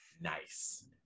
Nice